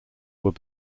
were